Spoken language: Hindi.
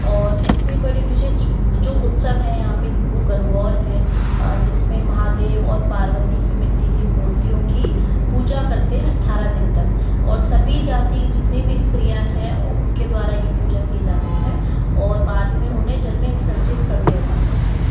और सब से बड़ी विशेष जो उत्सव है यहाँ पे वो गंगौर है जिसमें महादेव और पार्वती की मिट्टी की मूर्तियों की पूजा करते हैं अट्ठारह दिन तक और सभी जाती जितनी भी स्त्रियाँ हैं और उनके द्वारा यह पूजा की जाती है और बाद में उन्हें जल में विसर्जित कर दिया जाता है